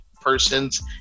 persons